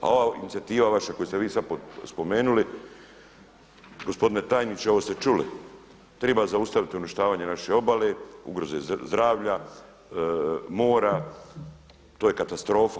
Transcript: A ova vaša inicijativa koju ste vi sada spomenuli gospodine tajniče ovo ste čuli, triba zaustaviti uništavanje naše obale ugroze zdravlja, mora, to je katastrofa.